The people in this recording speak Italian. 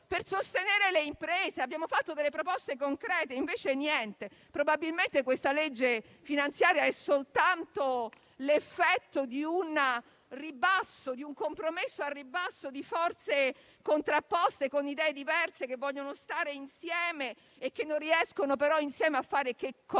per sostenere le imprese. Abbiamo fatto delle proposte concrete e invece niente. Probabilmente la legge di bilancio è soltanto l'effetto di un compromesso al ribasso di forze contrapposte con idee diverse che vogliono stare insieme e che, però, insieme non riescono